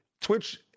twitch